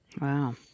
Wow